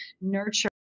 nurture